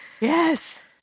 Yes